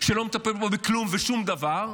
שלא מטפל כבר בכלום ושום דבר,